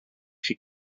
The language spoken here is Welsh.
chi